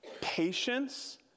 patience